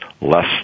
less